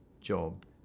job